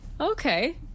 Okay